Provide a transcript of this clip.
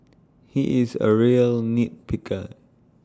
he is A real nit picker